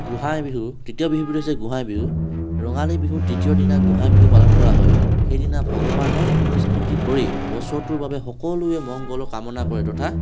গোসাঁই বিহু তৃতীয়বিধ হৈছে গোসাঁই বিহু ৰঙালী বিহুৰ তৃতীয় দিনা গোসাঁই বিহু পালন কৰা হয় সেইদিনা ভগৱানক স্তুতি কৰি বছৰটোৰ বাবে সকলোৱে মংগল কামনা কৰে তথা